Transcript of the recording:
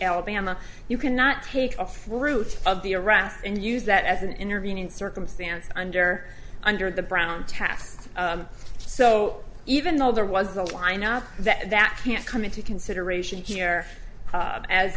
alabama you cannot take a fruit of the arrest and use that as an intervening circumstance under under the brown taps so even though there was a line out that that can't come into consideration here as as